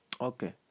okay